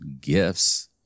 gifts